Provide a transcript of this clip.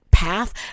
path